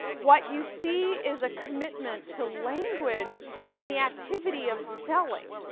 what you see is a commitment to language and the activity of selling,